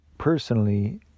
Personally